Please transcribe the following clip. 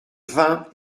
vingt